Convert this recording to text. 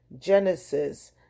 genesis